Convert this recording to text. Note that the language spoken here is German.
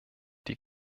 die